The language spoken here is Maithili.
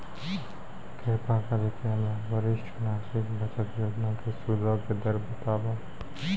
कृपा करि के हमरा वरिष्ठ नागरिक बचत योजना के सूदो के दर बताबो